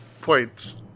points